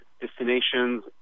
destinations